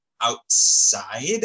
outside